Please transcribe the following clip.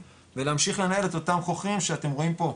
ולהמשיך לנהל את אותם חוכרים שאתם רואים פה,